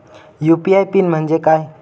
UPI PIN म्हणजे काय?